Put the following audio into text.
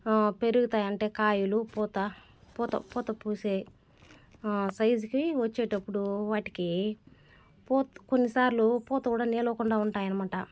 పెరుగుతాయి అంటే కాయలు పూత పూత పూత పూసే సైజుకి వచ్చేటప్పుడు వాటికి పూత కొన్నిసార్లు పూత కూడా నిలవకుండా ఉంటాయి అనమాట